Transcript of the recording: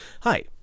Hi